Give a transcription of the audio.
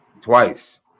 twice